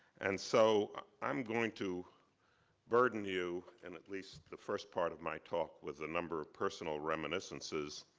and so i'm going to burden you, in at least the first part of my talk, with a number of personal reminiscences,